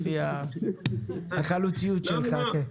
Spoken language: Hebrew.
לפי החלוציות שלך.